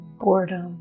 boredom